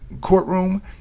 courtroom